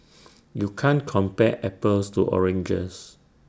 you can't compare apples to oranges